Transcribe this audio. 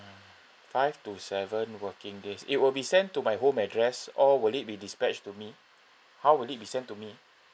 five to seven working days it will be sent to my home address or will it be dispatched to me how will it be sent to me